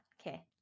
okay